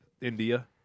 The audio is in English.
India